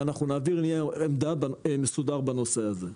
ואנחנו נעביר נייר עמדה מסודר בנושא הזה.